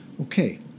okay